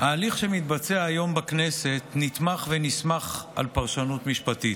ההליך שמתבצע היום בכנסת נתמך ונסמך על פרשנות משפטית,